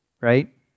right